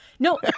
no